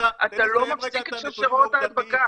אתה לא מפסיק את שרשראות ההדבקה,